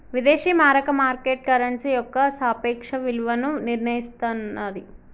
విదేశీ మారక market currency యొక్క సాపేక్ష విలువను నిర్ణయిస్తన్నాది